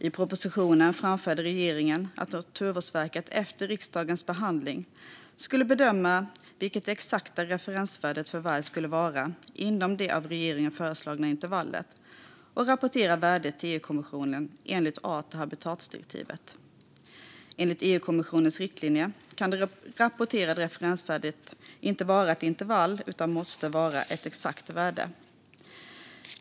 I propositionen framförde regeringen att Naturvårdsverket efter riksdagens behandling skulle bedöma vilket det exakta referensvärdet för varg skulle vara inom det av regeringen föreslagna intervallet och rapportera värdet till EU-kommissionen enligt art och habitatdirektivet. Enligt EU-kommissionens riktlinjer kan det rapporterade referensvärdet inte vara ett intervall utan måste vara ett exakt värde.